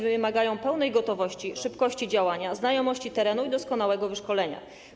Wymagają pełnej gotowości, szybkości działania, znajomości terenu i doskonałego wyszkolenia.